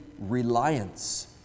Reliance